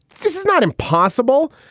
this is not impossible,